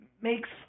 Makes